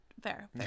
fair